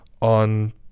on